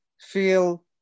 feel